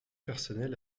personnel